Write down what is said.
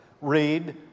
Read